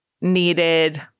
needed